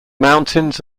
mountains